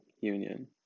union